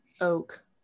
oak